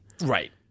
right